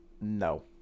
No